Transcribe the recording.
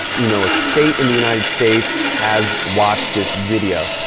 you know, a state in the united states has watched this video.